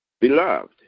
Beloved